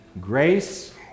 grace